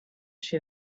she